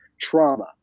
trauma